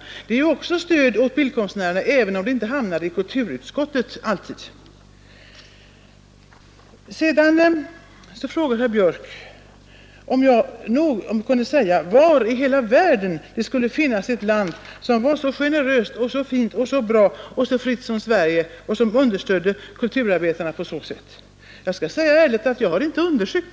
— Genomförandet av sådana åtgärder är också stöd åt bildkonstnärerna, även om de inte alltid hamnar inom kulturutskottets område. Sedan frågade herr Björk om jag kunde säga var i hela världen det skulle finnas ett land som var så generöst, så fint, så bra och som understödde kulturarbetarna lika bra som Sverige? Jag skall ärligt säga att jag inte har understött